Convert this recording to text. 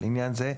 לעניין זה,